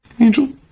Angel